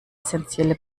essentielle